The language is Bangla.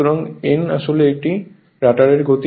সুতরাং n আসলে এটি রটারের গতি